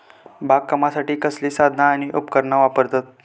बागकामासाठी कसली साधना आणि उपकरणा वापरतत?